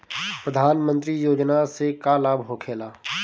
प्रधानमंत्री योजना से का लाभ होखेला?